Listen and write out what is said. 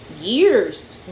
years